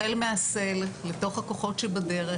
החל --- לתוך הכ"חות שבדרך,